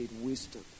wisdom